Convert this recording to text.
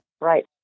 Right